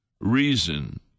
reason